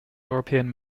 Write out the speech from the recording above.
european